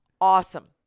Awesome